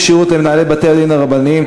כשירות למנהל בתי-הדין הרבניים),